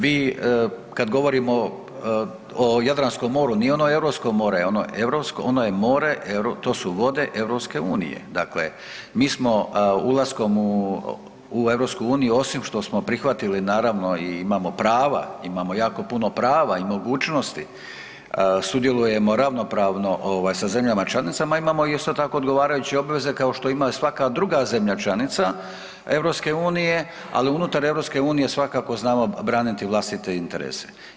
Vi kad govorimo o Jadranskom moru, nije ono europsko more, ono je europsko, ono je more, to su vode EU, dakle mi smo ulaskom u EU osim što smo prihvatili, naravno, i imamo prava, imamo jako puno prava i mogućnosti, sudjelujemo ravnopravno ovaj, sa zemljama članicama, imamo isto tako odgovarajuće obveze, kao što ima svaka druga zemlja članica EU, ali unutar EU svakako znamo braniti vlastite interese.